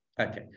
okay